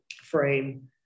frame